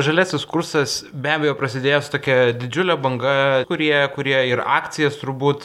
žaliasis kursas be abejo prasidėjęs tokia didžiule banga kurie kurie ir akcijas turbūt